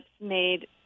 made